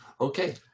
okay